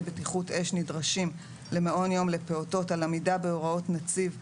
בטיחות אש נדרשים למעון יום לפעוטות על עמידה בהוראות נציב 523,